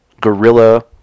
guerrilla